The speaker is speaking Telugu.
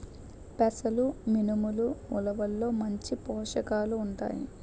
పెసలు మినుములు ఉలవల్లో మంచి పోషకాలు ఉంటాయి